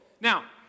Now